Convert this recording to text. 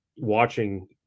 watching